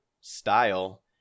style